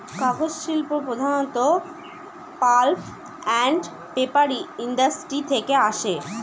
কাগজ শিল্প প্রধানত পাল্প আন্ড পেপার ইন্ডাস্ট্রি থেকে আসে